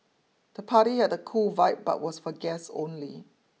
the party had a cool vibe but was for guests only